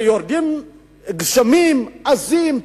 וכשיורדים גשמים עזים,